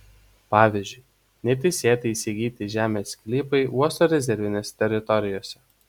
pavyzdžiui neteisėtai įsigyti žemės sklypai uosto rezervinėse teritorijose